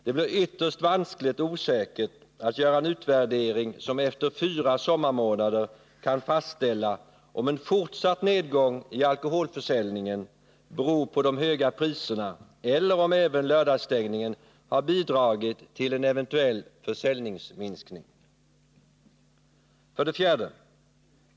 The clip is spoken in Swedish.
Det blir ytterst vanskligt och osäkert att göra en utvärdering som efter fyra sommarmånader kan fastställa om en fortsatt nedgång i alkoholförsäljningen beror på de höga priserna eller om även lördagsstängningen har bidragit till en eventuell försäljningsminskning. 4.